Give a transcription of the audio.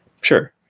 sure